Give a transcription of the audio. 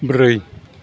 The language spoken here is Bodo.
ब्रै